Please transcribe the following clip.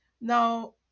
Now